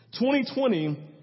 2020